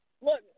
Look